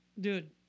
dude